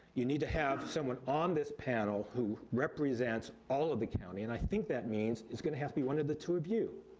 you need to have someone on this panel who represents all of the county, and i think that means it's gonna have to be one of the two of you,